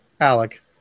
Alec